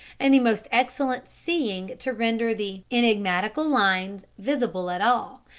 and the most excellent seeing to render the enigmatical lines visible at all,